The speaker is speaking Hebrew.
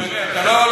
בדעת הרוב,